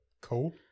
Cool